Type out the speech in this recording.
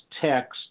text